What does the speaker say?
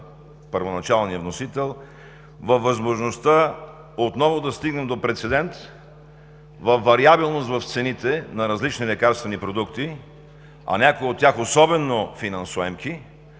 първоначалния вносител, във възможността отново да стигнем до прецедент във вариабилност в цените на различни лекарствени продукти, а някои от тях, особено финансоемки,